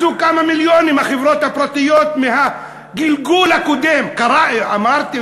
החברות הפרטיות מהגלגול הקודם עשו כמה מיליונים.